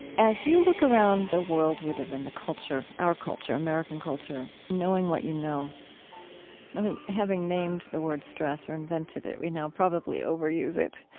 as you look around the world we live in, the culture, our culture, american culture, knowing what you know i mean, having named the word stress or invented it, we now probably overuse it.